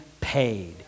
paid